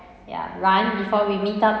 ya run before we meet up